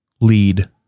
lead